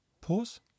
pause